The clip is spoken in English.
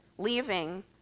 leaving